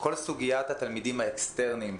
כל סוגיית התלמידים האקסטרניים.